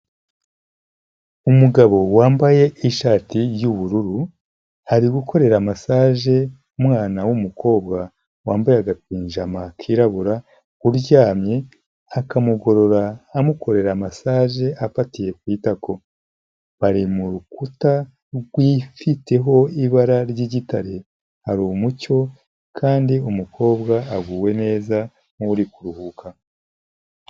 Umugabo wambaye ishati y'ubururu, hari gukorera massage umwana w'umukobwa wambaye aga pinjama kirabura, uryamye akamugorora amukorera massage afatiye ku itako, bari mu rukuta rwifiteho ibara ry'igitare, hari umucyo, kandi umukobwa aguwe neza nk'uri kuruhuka.